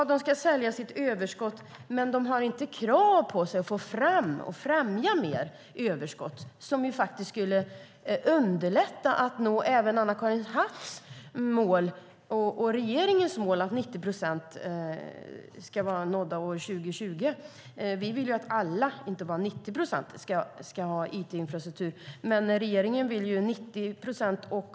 ICT ska sälja sitt överskott, men har inte krav på sig att främja mer överskott, som skulle underlätta även Anna-Karin Hatts och regeringens mål att 90 procent av hushållen ska ha tillgång till bredband år 2020. Vi vill att alla, inte bara 90 procent, ska ha tillgång till it-infrastruktur, men regeringen vill ha 90 procent.